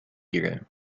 گیره